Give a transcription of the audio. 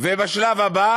ובשלב הבא